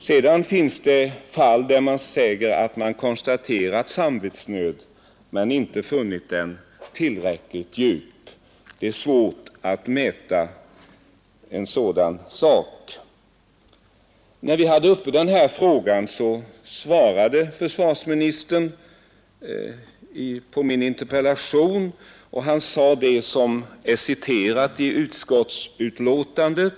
Sedan förekommer flera fall, där man har konstaterat samvetsnöd men inte funnit den tillräckligt djup. Det är svårt att mäta en sådan sak som samvetsnöd. När vi förut hade denna fråga uppe, svarade försvarsministern på en interpellation som jag framställt. Han sade då det som är citerat i utskottets betänkande.